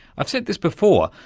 i've said this before,